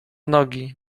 nogi